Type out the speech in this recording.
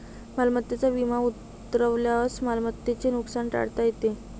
मालमत्तेचा विमा उतरवल्यास मालमत्तेचे नुकसान टाळता येते